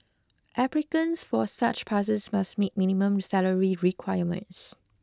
applicants for such passes must meet minimum salary requirements